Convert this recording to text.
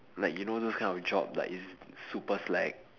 like you know those kind of job like is super slack